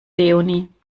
leonie